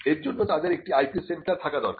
এর জন্য তাদের একটি IP সেন্টার থাকা দরকার